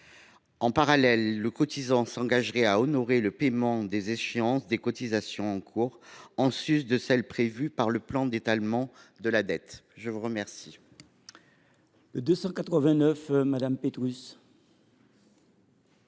En parallèle, le cotisant s’engagerait à honorer le paiement des échéances des cotisations en cours, en sus de celles qui sont prévues par le plan d’étalement de la dette. La parole est à Mme Annick Petrus,